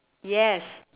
yes